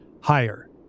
higher